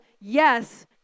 yes